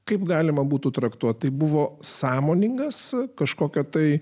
kaip galima būtų traktuoti tai buvo sąmoningas kažkokio tai